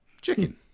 Chicken